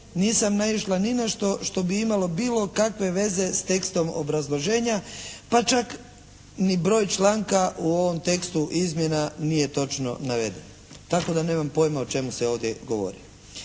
nisam naišla ni na što što bi imalo bilo kakve veze s tekstom obrazloženja, pa čak ni broj članka u ovom tekstu izmjena nije točno naveden, tako da nemam pojma o čemu se ovdje govori.